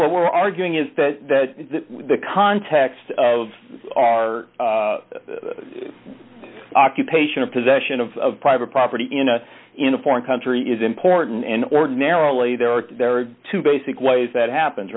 were arguing is that the context of our occupation of possession of private property in a in a foreign country is important and ordinarily there are two basic ways that happens